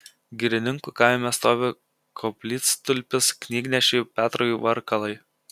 girininkų kaime stovi koplytstulpis knygnešiui petrui varkalai